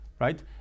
Right